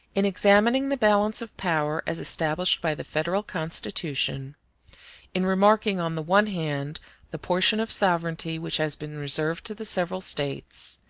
in examining the balance of power as established by the federal constitution in remarking on the one hand the portion of sovereignty which has been reserved to the several states,